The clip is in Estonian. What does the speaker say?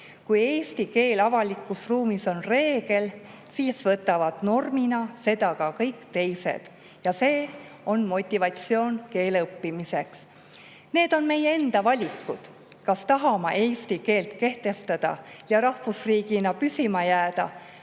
Kui eesti keel avalikus ruumis on reegel, siis võtavad seda normina ka kõik teised ja see on motivatsioon keele õppimiseks. Need on meie enda valikud, kas tahame eesti keelt kehtestada ja rahvusriigina püsima jääda